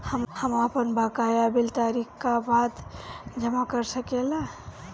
हम आपन बकाया बिल तारीख क बाद जमा कर सकेला?